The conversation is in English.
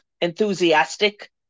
enthusiastic